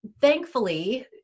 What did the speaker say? thankfully